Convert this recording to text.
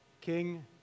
King